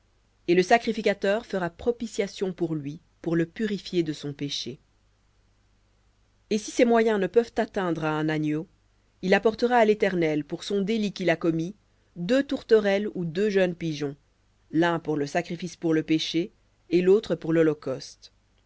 et le sacrificateur fera propitiation pour lui de son péché v hébreu et si ses moyens ne peuvent atteindre à un agneau il apportera à l'éternel pour son délit qu'il a commis deux tourterelles ou deux jeunes pigeons l'un pour le sacrifice pour le péché et l'autre pour lholocauste et il